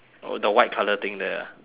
oh the white colour thing there ah